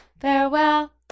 Farewell